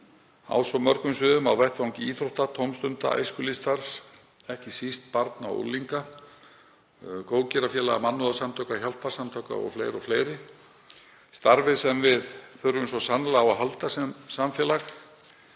svo mörgum sviðum; á vettvangi íþrótta, tómstunda, æskulýðsstarfs, ekki síst barna og unglinga, góðgerðarfélaga, mannúðarsamtaka, hjálparsamtaka og fleiri, starfi sem við þurfum svo sannarlega á að halda sem samfélag